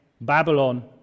Babylon